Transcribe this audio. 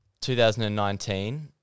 2019